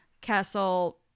castle